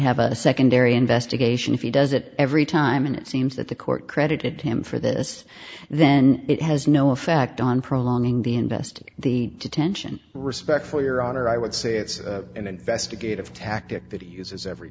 have a secondary investigation if he does it every time and it seems that the court credited him for this then it has no effect on prolonging the invest the detention respect for your honor i would say it's an investigative tactic that he uses every